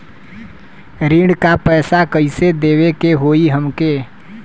ऋण का पैसा कइसे देवे के होई हमके?